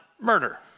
murder